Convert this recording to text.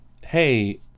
hey